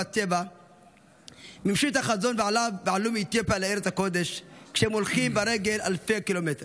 כסף להגיע לארץ הקודש ולחונן